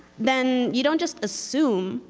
then you don't just assume,